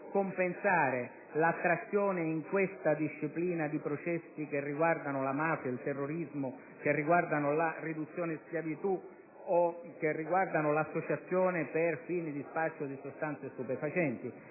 compensare l'attrazione in questa disciplina di processi che riguardano la mafia, il terrorismo, la riduzione in schiavitù o l'associazione per fini di spaccio di sostanze stupefacenti,